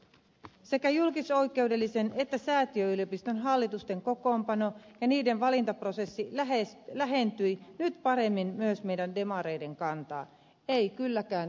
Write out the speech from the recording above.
sekä julkisoikeudellisen että säätiöyliopiston hallitusten kokoonpano ja niiden valintaprosessi lähentyi nyt paremmin myös meidän demareiden kantaa ei kylläkään riittävästi